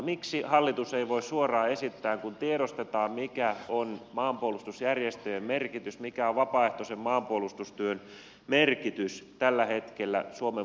miksi hallitus ei voi suoraan esittää kun tiedostetaan mikä on maanpuolustusjärjestöjen merkitys mikä on vapaaehtoisen maanpuolustustyön merkitys tällä hetkellä suomen puolustukselle